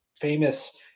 famous